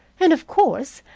and, of course,